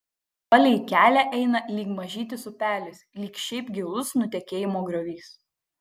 palei kelią eina lyg mažytis upelis lyg šiaip gilus nutekėjimo griovys